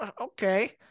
okay